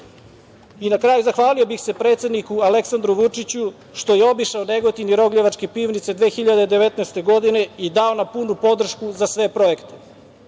kraju, zahvalio bih se predsedniku Aleksandru Vučiću što je obišao Negotin i Rogljevačke pivnice 2019. godine i dao nam punu podršku za sve projekte. Da